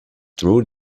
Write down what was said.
true